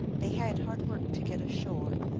they had hard work to get ashore,